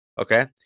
Okay